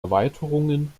erweiterungen